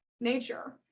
nature